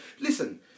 listen